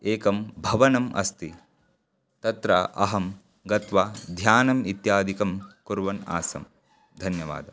एकं भवनम् अस्ति तत्र अहं गत्वा ध्यानम् इत्यादिकं कुर्वन् आसं धन्यवादः